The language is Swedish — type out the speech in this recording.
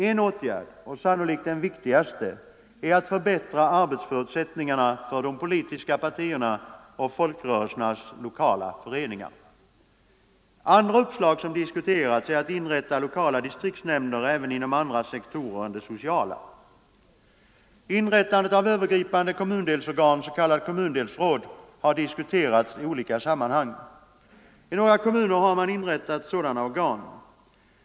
En åtgärd och sannolikt den viktigaste är att förbättra arbetsförutsättningarna för de politiska partiernas och folkrörelsernas lokala föreningar. Andra uppslag som diskuterats är att inrätta lokala distriktsnämnder även inom andra sektorer än de sociala. Inrättandet av övergripande kommundelsorgan, s.k. kommundelsråd, har diskuterats i olika sammanhang. I några kommuner har man inrättat sådana organ.